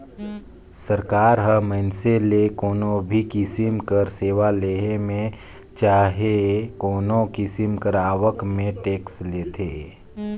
सरकार ह मइनसे ले कोनो भी किसिम कर सेवा लेहे में चहे कोनो किसिम कर आवक में टेक्स लेथे